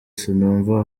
sinumva